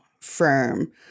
firm